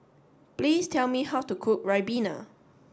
please tell me how to cook Ribena